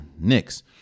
Knicks